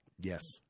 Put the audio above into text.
Yes